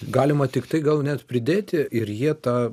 galima tiktai gal net pridėti ir jie ta